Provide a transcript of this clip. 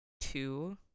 two